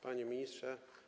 Panie Ministrze!